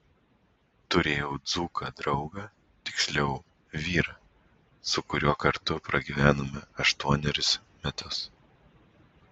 turėjau dzūką draugą tiksliau vyrą su kuriuo kartu pragyvenome aštuonerius metus